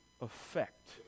effect